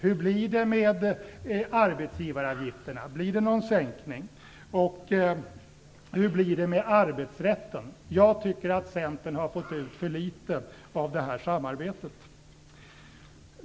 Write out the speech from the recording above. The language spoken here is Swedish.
Hur blir det med arbetsgivaravgifterna? Blir det någon sänkning? Och hur blir det med arbetsrätten? Jag tycker att Centern har fått ut för litet av det här samarbetet.